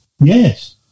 Yes